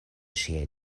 ŝiaj